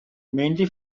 mainly